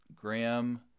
Graham